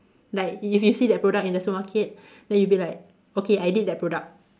like if you see that product in the supermarket then you'll be like okay I did that product